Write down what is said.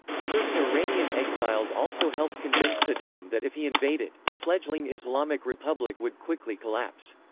certain iranian exiles also helped convince saddam that if he invaded, the fledgling islamic republic would quickly collapse.